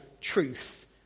truth